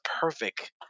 perfect –